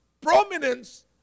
prominence